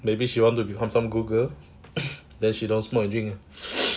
maybe she wanted to become good girl then she don't smoke and drink lah